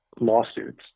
lawsuits